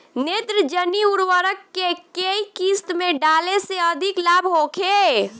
नेत्रजनीय उर्वरक के केय किस्त में डाले से अधिक लाभ होखे?